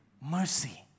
mercy